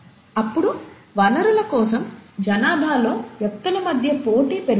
అప్పుడు వనరుల కోసం జనాభాలో వ్యక్తుల మధ్య పోటీ పెరుగుతుంది